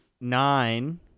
nine